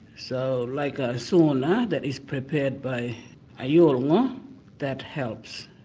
so like a sauna that is prepared by a yolngu ah that helps,